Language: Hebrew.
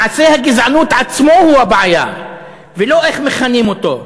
מעשה הגזענות עצמו הוא הבעיה ולא איך מכנים אותו.